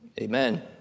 amen